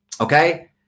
Okay